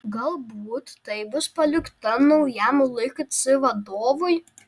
galbūt tai bus palikta naujam lkc vadovui